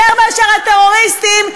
יותר מאשר הטרוריסטים,